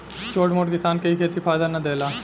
छोट मोट किसान के इ खेती फायदा ना देला